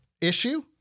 issue